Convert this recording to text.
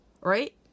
right